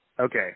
Okay